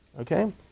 Okay